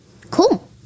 Cool